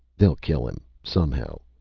they'll kill him, somehow.